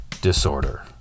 disorder